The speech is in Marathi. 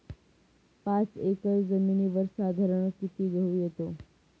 पाच एकर जमिनीवर साधारणत: किती गहू येतो?